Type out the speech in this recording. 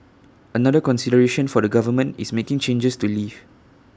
another consideration for the government is making changes to leave